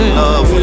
love